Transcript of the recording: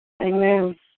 Amen